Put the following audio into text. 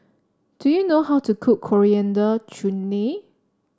do you know how to cook Coriander Chutney